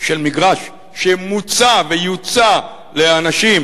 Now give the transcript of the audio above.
של מגרש שמוצע ויוצע לאנשים